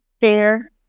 Fair